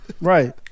Right